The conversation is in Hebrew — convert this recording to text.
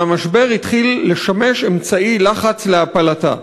והמשבר התחיל לשמש אמצעי לחץ להפלתה.